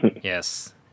Yes